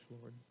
Lord